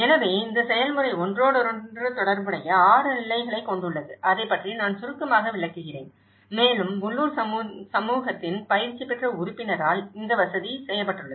எனவே இந்த செயல்முறை ஒன்றோடொன்று தொடர்புடைய 6 நிலைகளைக் கொண்டுள்ளது அதைப் பற்றி நான் சுருக்கமாக விளக்குகிறேன் மேலும் உள்ளூர் சமூகத்தின் பயிற்சி பெற்ற உறுப்பினரால் இது வசதி செய்யப்பட்டுள்ளது